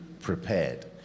prepared